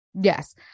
Yes